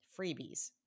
freebies